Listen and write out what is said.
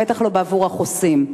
בטח לא בעבור החוסים.